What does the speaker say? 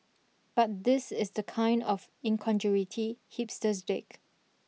but this is the kind of incongruity hipsters dig